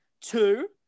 two